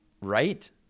right